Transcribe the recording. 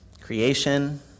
creation